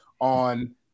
on